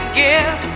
give